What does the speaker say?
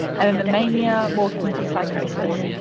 and then the mania morphed into psychosis.